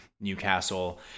Newcastle